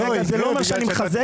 זה לא אומר שאני מחזק,